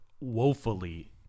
woefully